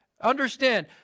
Understand